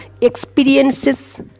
experiences